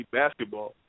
basketball